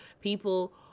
People